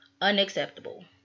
unacceptable